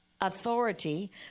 authority